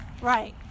Right